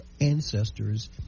ancestors